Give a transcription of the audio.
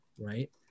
right